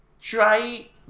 try